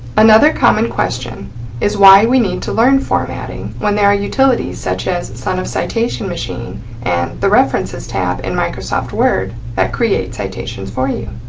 another common question is why we need to learn formatting when there are utilities such as son of citation machine and the references tab in microsoft word that create citations for you.